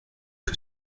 que